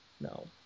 No